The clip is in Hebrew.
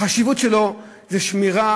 החשיבות שלו היא בשמירה,